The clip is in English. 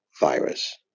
virus